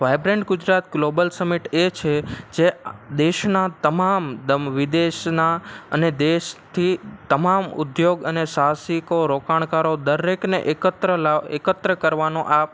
vibrant Gujarat Global Summit એ છે જે દેશના તમામ દમ વિદેશના અને દેશથી તમામ ઉદ્યોગ અને સાહસિકો રોકાણકારો દરેકને એકત્ર લા એકત્ર કરવાનો આ